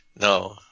No